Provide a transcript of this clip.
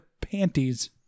panties